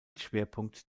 schwerpunkt